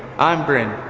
i'm brent.